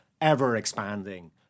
ever-expanding